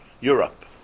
Europe